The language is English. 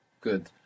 Good